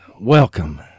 Welcome